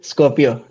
Scorpio